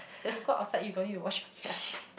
if you go outside you don't need to wash your dish